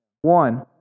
One